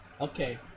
Okay